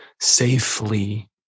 safely